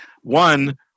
one